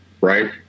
Right